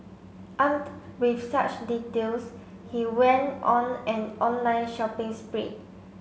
armed with such details he went on an online shopping spree